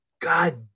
God